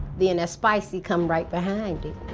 the and spicy come right behind it.